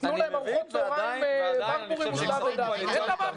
תנו להם ארוחות צהריים ---' אין דבר כזה.